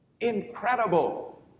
incredible